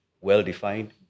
well-defined